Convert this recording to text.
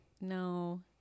no